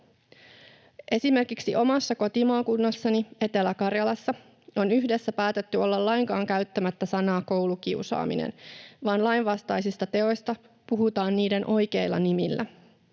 Esimerkiksi omassa kotimaakunnassani Etelä-Karjalassa on yhdessä päätetty olla lainkaan käyttämättä sanaa ”koulukiusaaminen”, vaan lainvastaisista teoista puhutaan niiden oikeilla nimillä.